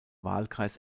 wahlkreis